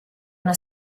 una